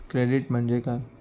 Credit म्हणजे काय?